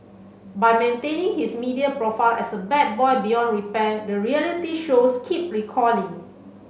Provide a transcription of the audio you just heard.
by maintaining his media profile as a bad boy beyond repair the reality shows keep calling